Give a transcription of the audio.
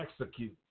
execute